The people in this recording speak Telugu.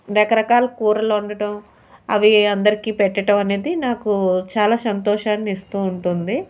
రకరకాల కూరలు వండటం అది అందరికీ పెట్టడం అనేది నాకు చాలా సంతోషాన్ని ఇస్తూ ఉంటుంది